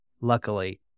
luckily